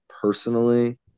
personally